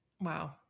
Wow